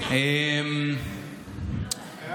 אה, הוא פה?